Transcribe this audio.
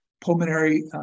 pulmonary